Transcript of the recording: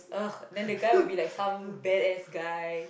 ugh then the guy will be like some badass guy